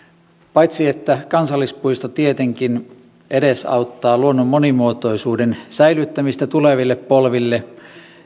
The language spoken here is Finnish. paitsi että kansallispuisto tietenkin edesauttaa luonnon monimuotoisuuden säilyttämistä tuleville polville